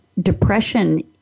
depression